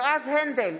יועז הנדל,